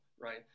right